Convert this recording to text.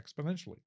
exponentially